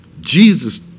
Jesus